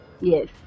Yes